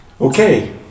Okay